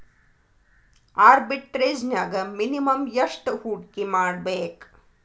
ಆರ್ಬಿಟ್ರೆಜ್ನ್ಯಾಗ್ ಮಿನಿಮಮ್ ಯೆಷ್ಟ್ ಹೂಡ್ಕಿಮಾಡ್ಬೇಕ್?